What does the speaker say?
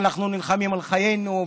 ואנחנו נלחמים על חיינו,